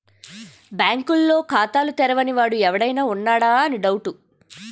బాంకుల్లో ఖాతాలు తెరవని వాడు ఎవడైనా ఉన్నాడా అని డౌటు